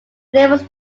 delivers